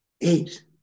eight